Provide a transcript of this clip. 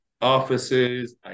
offices